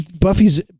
Buffy's